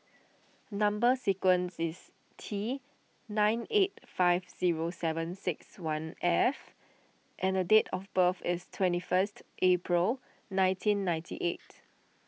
Number Sequence is T nine eight five zero seven six one F and the date of birth is twenty first April nineteen ninety eight